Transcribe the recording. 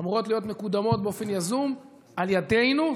אמורות להיות מקודמות באופן יזום על ידינו,